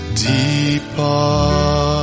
depart